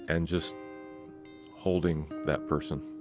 and just holding that person.